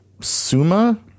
suma-